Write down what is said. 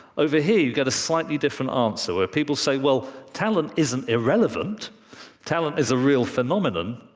over here, you get a slightly different answer, where people say, well, talent isn't irrelevant talent is a real phenomenon,